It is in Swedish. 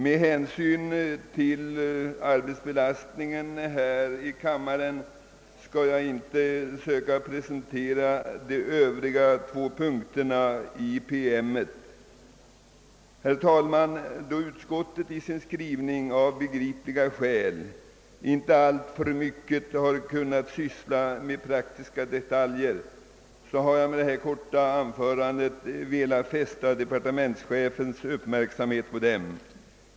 Med hänsyn till arbetsbelastningen i kammaren skall jag inte nu presentera Herr talman! Då utskottet i sin skrivning av begripliga skäl inte alltför mycket har kunnat syssla med praktiska detaljer, har jag med mitt korta anförande velat fästa departementschefens uppmärksamhet på frågan.